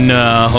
no